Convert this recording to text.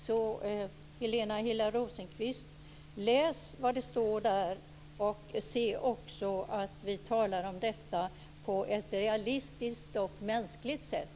Så, Helena Hillar Rosenqvist, läs vad det står och se också att vi talar om detta på ett realistiskt och mänskligt sätt.